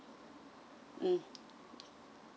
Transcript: mm